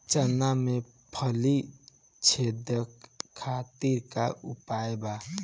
चना में फली छेदक खातिर का उपाय बा?